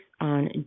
on